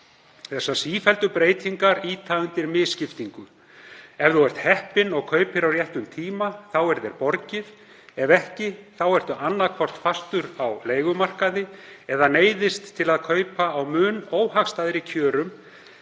Þessar sífelldu breytingar ýta undir misskiptingu. Ef maður er heppinn og kaupir á réttum tíma þá er manni borgið. Ef ekki þá er maður annaðhvort fastur á leigumarkaði eða neyðist til að kaupa á mun óhagstæðari kjörum